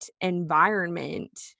environment